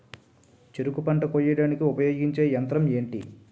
చెరుకు పంట కోయడానికి ఉపయోగించే యంత్రం ఎంటి?